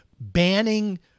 banning